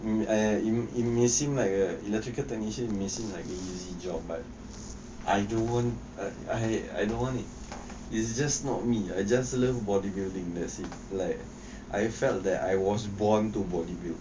eh in in may seem like a electrical technician it may seem easy job but I don't want I don't it is just not me I just love bodybuilding that's it like I felt that I was born to body build